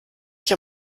ich